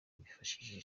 bifashishije